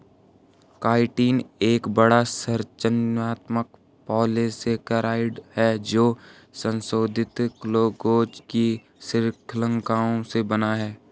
chitin एक बड़ा, संरचनात्मक पॉलीसेकेराइड है जो संशोधित ग्लूकोज की श्रृंखलाओं से बना है